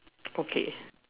okay